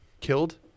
killed